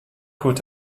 could